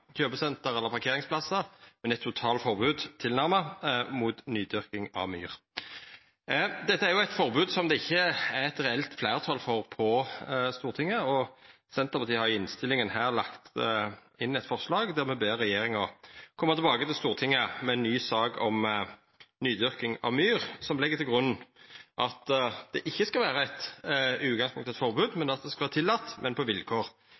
kjøpesenter eller parkeringsplassar, men eit totalt forbod – tilnærma – mot nydyrking av myr. Dette er eit forbod som det ikkje er eit reelt fleirtal for på Stortinget. Senterpartiet har i innstillinga lagt inn eit forslag der me ber regjeringa koma tilbake til Stortinget med ei ny sak om nydyrking av myr, som legg til grunn at det i utgangspunktet ikkje skal vera eit forbod, men tillate, på vilkår.